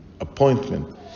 appointment